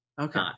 okay